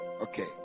Okay